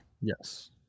Yes